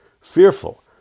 fearful